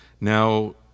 Now